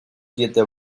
siete